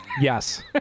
yes